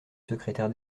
secrétaire